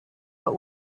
but